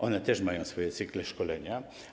Oni też mają swoje cykle szkolenia.